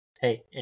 hey